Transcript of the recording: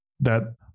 that-